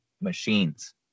machines